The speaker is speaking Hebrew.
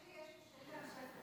יש לי שאלה נוספת.